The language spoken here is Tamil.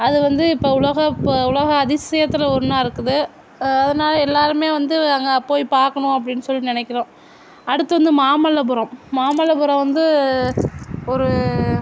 அது வந்து இப்போ உலக இப்போ உலக அதிசயத்தில் ஒன்னாக இருக்குது அதனால எல்லாருமே வந்து அங்கே போய் பார்க்கணும் அப்படின்னு சொல்லி நினைக்கிறோம் அடுத்து வந்து மாமல்லபுரம் மாமல்லபுரம் வந்து ஒரு